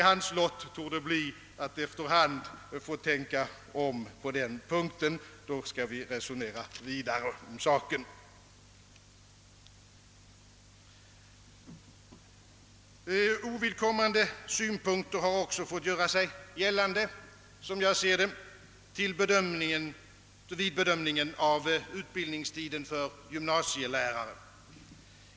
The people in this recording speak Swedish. Hans lott torde bli att efter hand få tänka om på den punkten. När han gjort det, då skall vi resonera vidare om den saken. Ovidkommande synpunkter har också, som jag ser det, fått göra sig gällande vid bedömningen av utbildningstiden för gymnasielärare.